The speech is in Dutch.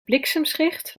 bliksemschicht